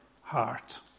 heart